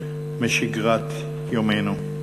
משגרת יומנו.